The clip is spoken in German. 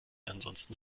ansonsten